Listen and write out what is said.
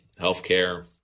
healthcare